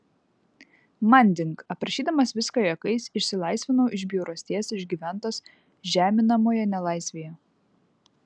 manding aprašydamas viską juokais išsilaisvinau iš bjaurasties išgyventos žeminamoje nelaisvėje